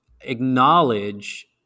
acknowledge